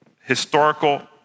historical